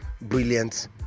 brilliant